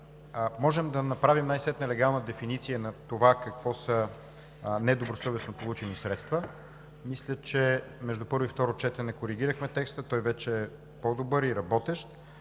можем да направим най-накрая легална дефиниция на това какво са недобросъвестно получени средства. Мисля, че между първо и второ четене коригирахме текста и вече е по-добър и работещ.